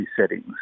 settings